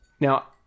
Now